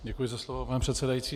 Děkuji za slovo, pane předsedající.